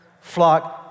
flock